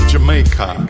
Jamaica